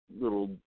Little